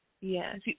Yes